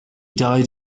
died